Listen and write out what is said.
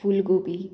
फूलगोबी